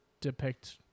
depict